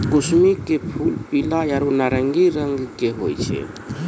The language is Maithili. कुसमी के फूल पीला आरो नारंगी रंग के होय छै